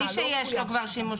לא ראויה,